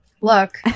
Look